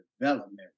development